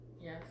Yes